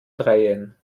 dreien